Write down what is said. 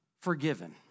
forgiven